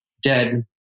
dead